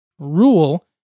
rule